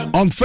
on